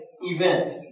event